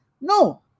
No